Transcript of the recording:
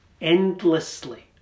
endlessly